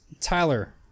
Tyler